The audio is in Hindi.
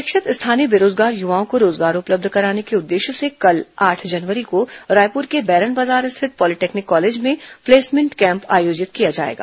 शिक्षित स्थानीय बेरोजगार युवाओं को रोजगार उपलब्ध कराने के उद्देश्य से कल आठ जनवरी को रायपुर के बैरन बाजार स्थित पॉलिटेक्निक कॉलेज में प्लेसमेंट कैम्प आयोजित किया जाएगा